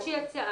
יש לי הצעה